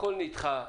הכול נדחה.